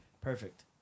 Perfect